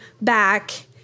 back